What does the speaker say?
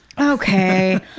Okay